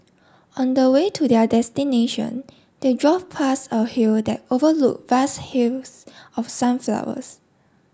on the way to their destination they drove pass a hill that overlook vast hills of sunflowers